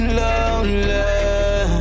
lonely